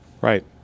Right